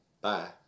bye